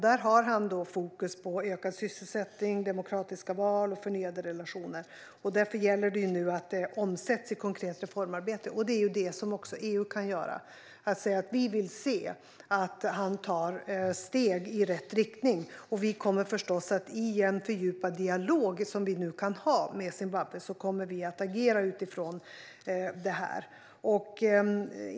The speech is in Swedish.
Där har han fokus på ökad sysselsättning, demokratiska val och förnyade relationer. Därför gäller det nu att de omsätts i konkret reformarbete. Det är också vad EU kan göra. EU kan uttala att man vill se att presidenten tar steg i rätt riktning, och EU kommer att agera i en fördjupad dialog, som det nu går att ha med Zimbabwe.